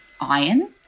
iron